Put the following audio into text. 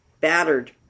battered